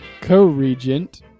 co-regent